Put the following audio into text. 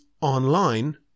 online